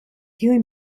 kiuj